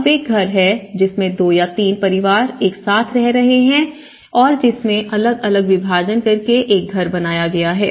अब एक घर है जिसमें दो या तीन परिवार एक साथ रह रहे हैं और जिसमें अलग अलग विभाजन करके एक घर बनाया है